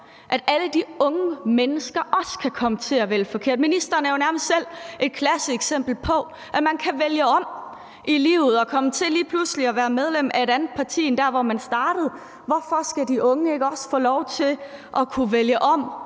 at alle de unge mennesker også kan komme til at vælge forkert. Ministeren er jo nærmest et klasseeksempel på, at man kan vælge om i livet og komme til lige pludselig at være medlem af et andet parti end der, hvor man startede. Hvorfor skal de unge ikke også få lov til at kunne vælge om